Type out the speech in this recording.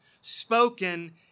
spoken